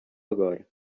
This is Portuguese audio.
agora